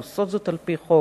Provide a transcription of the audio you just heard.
הן עושות זאת על-פי חוק,